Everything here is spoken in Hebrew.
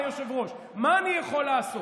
מה לעשות, אדוני היושב-ראש, מה אני יכול לעשות